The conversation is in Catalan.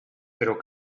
però